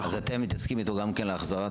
אז אתם מתעסקים איתו גם כן להחזרה?